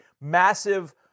massive –